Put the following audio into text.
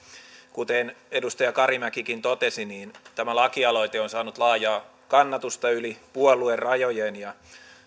kuten edustaja karimäkikin totesi tämä lakialoite on saanut laajaa kannatusta yli puoluerajojen ja